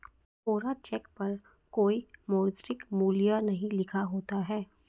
कोरा cheque पर कोई मौद्रिक मूल्य नहीं लिखा होता है